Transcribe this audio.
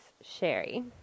Sherry